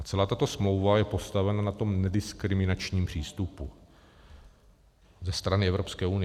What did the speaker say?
Celá tato smlouva je postavena na nediskriminačním přístupu ze strany Evropské unie.